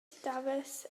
dafis